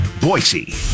Boise